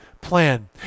plan